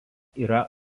yra